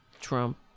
Trump